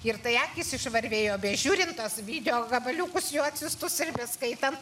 ir tai akys išvarvėjo bežiūrint tuo video gabaliukus jų atsiųstus ir beskaitant